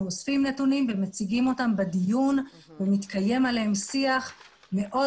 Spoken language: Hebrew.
אוספים נתונים ומציגים אותם בדיון ומתקיים עליהם שיח מאוד